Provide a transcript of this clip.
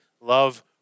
love